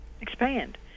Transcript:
expand